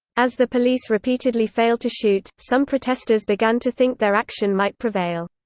as the police repeatedly failed to shoot, some protesters began to think their action might prevail.